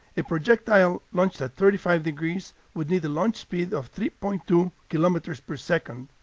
a projectile launched at thirty five degrees would need a launch speed of three point two kilometers per second.